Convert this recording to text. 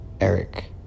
Eric